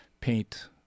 paint